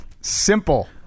simple